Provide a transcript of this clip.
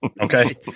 Okay